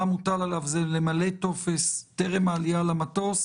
מה מוטל עליו זה למלא טופס טרם העלייה למטוס